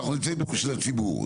ואנחנו נמצאים פה בשביל הציבור.